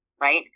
Right